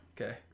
Okay